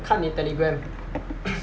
看你 telegram